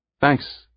Thanks